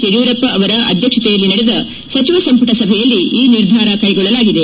ಯಡಿಯೂರಪ್ಪ ಅವರ ಅಧ್ಯಕ್ಷತೆಯಲ್ಲಿ ನಡೆದ ಸಚಿವ ಸಂಪುಟ ಸಭೆಯಲ್ಲಿ ಈ ನಿರ್ಧಾರ ಕೈಗೊಳ್ಳಲಾಗಿದೆ